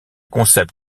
concept